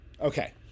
Okay